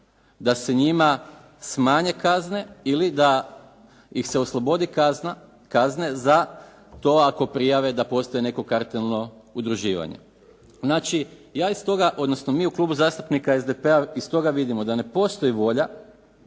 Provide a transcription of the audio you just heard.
Da se njima smanje kazne ili da ih se oslobodi kazne za to ako prijave da postoji neko kartelno udruživanje. Znači, ja iz stoga odnosno mi u Klubu zastupnika SDP-a iz toga vidimo da ne postoji volja,